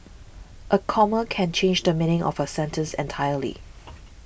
a comma can change the meaning of a sentence entirely